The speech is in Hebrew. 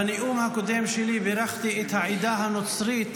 בנאום הקודם שלי בירכתי את העדה הנוצרית